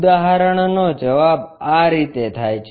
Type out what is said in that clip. ઉદાહરણ નો જવાબ આ રીતે થાય છે